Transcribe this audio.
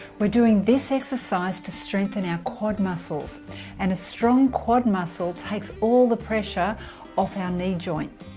we're doing this exercise to strengthen our quad muscles and a strong quad muscle takes all the pressure off our knee joint